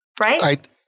right